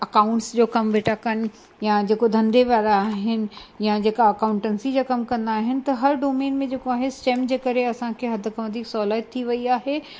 accounts जो कमु वेठा कनि यां जेको धंधे वारा आहिनि यां जेका अकाऊंटंसी जा कमु कंदा आहिनि त हर डोमेन में जेको आहे स्टेम जे करे असांखे हद खों वधीक सहूलियत थी वई आहे